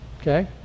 Okay